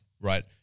Right